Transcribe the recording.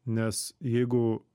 nes jeigu